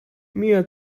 mia